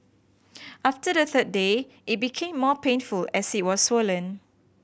after the third day it became more painful as it was swollen